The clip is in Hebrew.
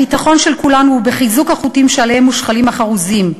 הביטחון של כולנו הוא בחיזוק החוטים שעליהם מושחלים החרוזים: